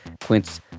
Quince